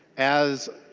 as